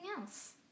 else